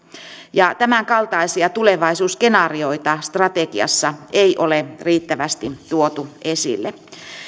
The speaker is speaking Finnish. ja tämänkaltaisia tulevaisuusskenaarioita strategiassa ei ole riittävästi tuotu esille